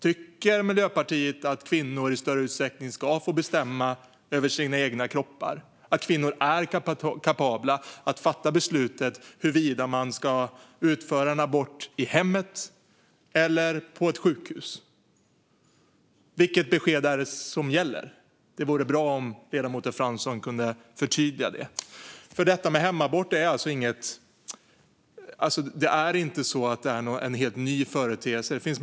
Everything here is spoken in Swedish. Tycker Miljöpartiet att kvinnor i större utsträckning ska få bestämma över sina egna kroppar och att kvinnor är kapabla att fatta beslutet huruvida man ska utföra en abort i hemmet eller på ett sjukhus? Vilket besked är det som gäller? Det vore bra om ledamoten Fransson kunde förtydliga det. Detta med hemabort är ingen helt ny företeelse.